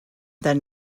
then